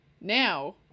Now